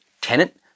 tenant